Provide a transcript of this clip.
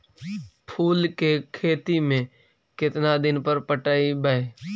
फूल के खेती में केतना दिन पर पटइबै?